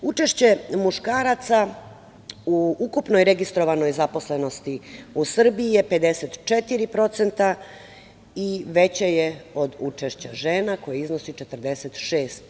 Učešće muškaraca u ukupnoj registrovanoj zaposlenosti u Srbiji je 54% i veće je od učešća žena, koje iznosi 46%